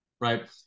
right